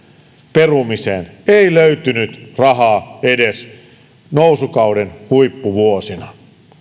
perumiseen ei löytynyt rahaa edes nousukauden huippuvuosina